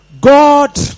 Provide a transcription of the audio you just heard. God